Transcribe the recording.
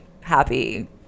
happy